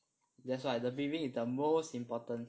that's why the breathing is the most important